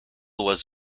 was